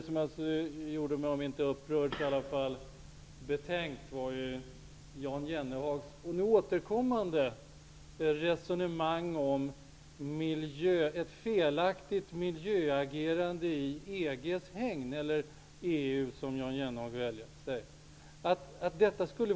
Jag blev inte upprörd men väl betänksam över Jan Jennehags återkommande resonemang om felaktigt miljöagerande inom EG:s hägn, eller inom EU, som Jan Jennehag valt att säga.